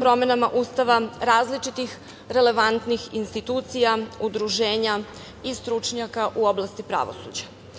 promenama Ustava različitih relevantnih institucija, udruženja i stručnjaka u oblasti pravosuđa. Na